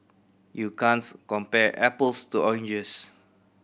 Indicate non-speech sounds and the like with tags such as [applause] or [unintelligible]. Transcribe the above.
you [unintelligible] compare apples to oranges